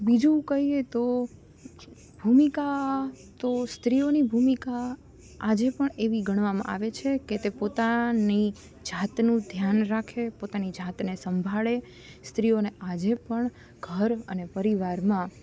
બીજું કઈએ તો ભૂમિકા તો સ્ત્રીઓની ભૂમિકા આજે પણ એવી ગણવામાં આવે છે કે તે પોતાની જાતનું ધ્યાન રાખે પોતાની જાતને સંભાળે સ્ત્રીઓને આજે પણ ઘર અને પરિવારમાં